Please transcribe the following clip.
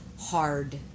hard